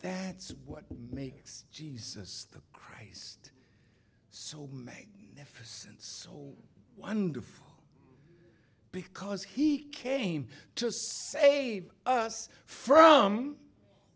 that's what makes jesus christ so magnificence wonderful because he came to save us from